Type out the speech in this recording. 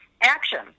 action